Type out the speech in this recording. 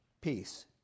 Peace